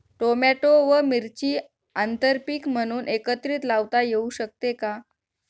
Tomato व मिरची आंतरपीक म्हणून एकत्रित लावता येऊ शकते का?